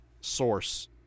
source